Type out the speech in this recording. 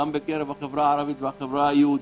גם בקרב החברה הערבית והחברה היהודית,